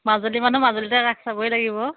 মাজুলী মানুহ মাজুলীতে ৰাস চাবই লাগিব